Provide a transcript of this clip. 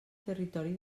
territori